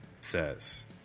says